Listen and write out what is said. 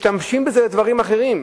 משתמשים בזה לדברים אחרים,